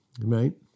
Right